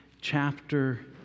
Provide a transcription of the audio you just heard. chapter